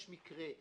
יש מקרה,